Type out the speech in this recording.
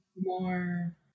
more